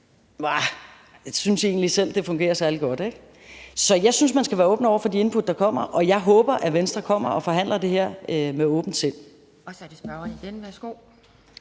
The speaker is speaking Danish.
Synes I egentlig selv, det fungerer særlig godt? Så jeg synes, man skal være åben over for de input, der kommer, og jeg håber, at Venstre kommer og forhandler det her med åbent sind. Kl. 13:50 Anden næstformand